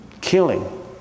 Killing